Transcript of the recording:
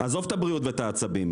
עזוב את הבריאות ואת העצבים,